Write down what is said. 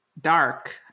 dark